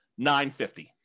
950